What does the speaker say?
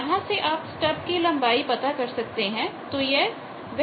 यहां से आप स्टब की लंबाई पता कर सकते हैं